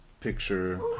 picture